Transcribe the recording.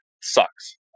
sucks